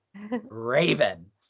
Raven